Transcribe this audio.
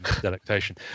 delectation